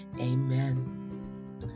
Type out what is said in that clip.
Amen